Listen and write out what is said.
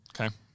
Okay